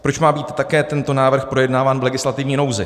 Proč má být také tento návrh projednáván v legislativní nouzi?